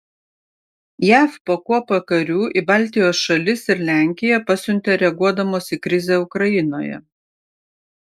jav po kuopą karių į baltijos šalis ir lenkiją pasiuntė reaguodamos į krizę ukrainoje